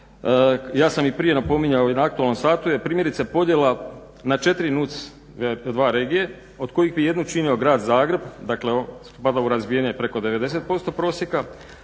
ja sam i prije napominjao i na aktualnom satu je primjerice podjela na 4 NUC 2 regije od kojih bi jednu činio grad Zagreb, dakle on spada, razvijen je preko 920% prosjeka,